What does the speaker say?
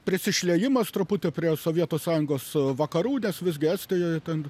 prisišliejimas truputį prie sovietų sąjungos vakarų nes visgi estijoj ten